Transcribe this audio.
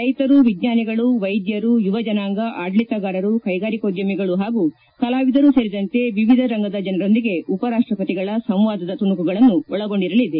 ರೈತರು ವಿಜ್ಞಾನಿಗಳು ವೈದ್ಯರು ಯುವಜನಾಂಗ ಆಡಳಿತಗಾರರು ಕೈಗಾರಿಕೋದ್ಯಮಿಗಳು ಹಾಗೂ ಕಲಾವಿದರು ಸೇರಿದಂತೆ ವಿವಿಧ ರಂಗದ ಜನರೊಂದಿಗೆ ಉಪರಾಷ್ಟ ಪತಿಗಳ ಸಂವಾದದ ತುಣುಕುಗಳನ್ನು ಒಳಗೊಂಡಿರಲಿದೆ